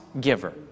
giver